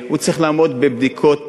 הוא צריך לעמוד בבדיקות